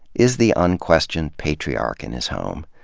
is the unquestioned patriarch in his home.